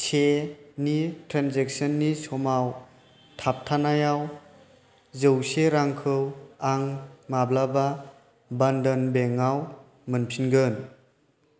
से नि ट्रेनजेकसननि समाव थाबथानायाव जौसे रांखौ आं माब्लाबा बन्धन बेंक आव मोनफिनगोन